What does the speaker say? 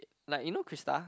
like you know Christa